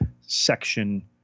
section